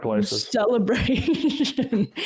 celebration